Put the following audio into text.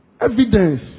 evidence